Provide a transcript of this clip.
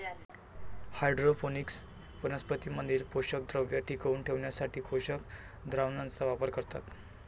hydroponics वनस्पतीं मधील पोषकद्रव्ये टिकवून ठेवण्यासाठी पोषक द्रावणाचा वापर करतात